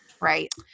right